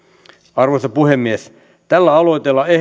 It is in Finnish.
arvoisa puhemies tällä aloitteella